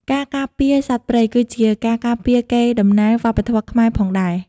ការការពារសត្វព្រៃគឺជាការការពារកេរដំណែលវប្បធម៌ខ្មែរផងដែរ។